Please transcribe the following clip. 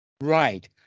Right